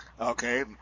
Okay